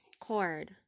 cord